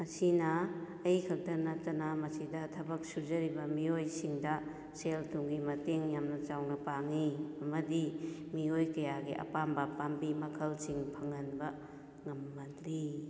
ꯃꯁꯤꯅ ꯑꯩ ꯈꯛꯇ ꯅꯠꯇꯅ ꯃꯁꯤꯗ ꯊꯕꯛ ꯁꯨꯖꯔꯤꯕ ꯃꯤꯑꯣꯏꯁꯤꯡꯗ ꯁꯦꯜ ꯊꯨꯝꯒꯤ ꯃꯇꯦꯡ ꯌꯥꯝꯅ ꯆꯥꯎꯅ ꯄꯥꯡꯏ ꯑꯃꯗꯤ ꯃꯤꯑꯣꯏ ꯀꯌꯥꯒꯤ ꯑꯄꯥꯝꯕ ꯄꯥꯝꯕꯤ ꯃꯈꯜꯁꯤꯡ ꯐꯪꯍꯟꯕ ꯉꯝꯍꯜꯂꯤ